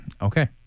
Okay